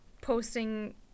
posting